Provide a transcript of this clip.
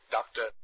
Doctor